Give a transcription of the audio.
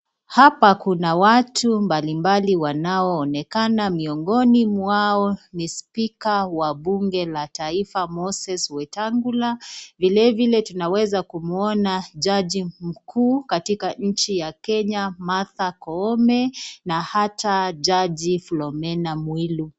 Hapa kuna watu mbalimbali wanaoonekana miongoni mwao ni spika wa bunge la taifa Moses Wetangula vile vile tunaweza kumuona jaji mkuu katika nchi ya Kenya Martha Koome na hata jaji Flomena Mwilu.